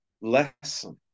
lesson